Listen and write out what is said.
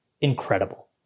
Incredible